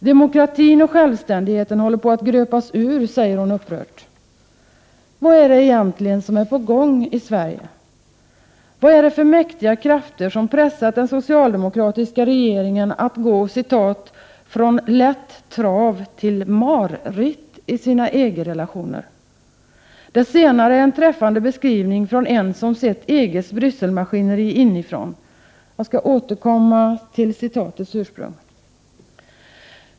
Demokratin och självständigheten håller på att gröpas ur, säger hon upprört. Vad är det egentligen som är på gång i Sverige? Vad är det för mäktiga 91 krafter som pressar den socialdemokratiska regeringen att gå ”från lätt trav till marritt i sina EG-relationer”? Det senare är en träffande beskrivning från en som sett EG:s Brysselmaskineri inifrån. Jag skall återkomma till citatets ursprung.